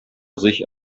sich